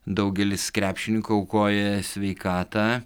daugelis krepšininkų aukoja sveikatą